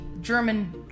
german